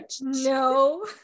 No